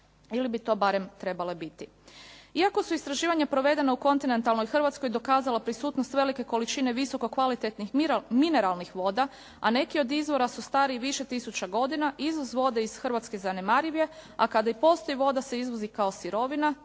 ili bi to barem trebale biti. Iako su istraživanja provedena u kontinentalnoj Hrvatskoj dokazala prisutnost velike količine visoko kvalitetnih mineralnih voda, a neki od izvora su stari više tisuća godina, izvoz vode iz Hrvatske zanemariv je, a kada i postoji voda se izvozi kao sirovina